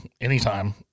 anytime